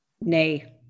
Nay